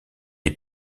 est